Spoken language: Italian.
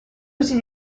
usi